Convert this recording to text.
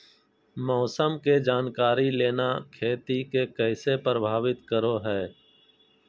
मौसम के जानकारी लेना खेती के कैसे प्रभावित करो है?